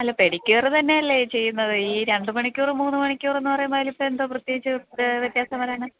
അല്ല പെഡിക്യൂറ് തന്നെയല്ലേ ചെയ്യുന്നത് ഈ രണ്ടു മണിക്കൂറ് മൂന്നു മണിക്കൂറ് എന്ന് പറയുമ്പോൾ അതില് ഇപ്പം എന്തോ പ്രത്യേകിച്ച് വ്യത്യാസം വരാനാ